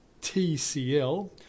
TCL